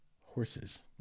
horses